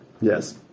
Yes